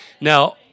Now